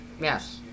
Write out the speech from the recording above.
Yes